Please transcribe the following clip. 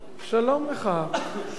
שלום לך, שלום לך.